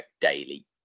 daily